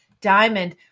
diamond